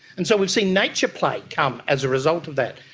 and so we've seen nature play come as a result of that,